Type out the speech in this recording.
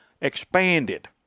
expanded